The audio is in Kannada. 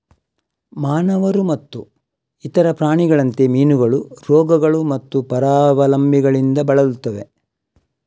ಮಾನವರು ಮತ್ತು ಇತರ ಪ್ರಾಣಿಗಳಂತೆ, ಮೀನುಗಳು ರೋಗಗಳು ಮತ್ತು ಪರಾವಲಂಬಿಗಳಿಂದ ಬಳಲುತ್ತವೆ